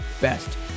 best